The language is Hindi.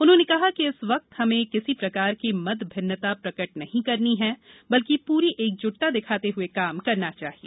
उन्होंने कहा कि इस वक्त हमें किसी प्रकार की मत भिन्नता प्रकट नहीं करनी चाहिये और पूरी एकजुटता दिखाते हुए काम करना चाहिये